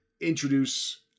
introduce